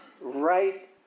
right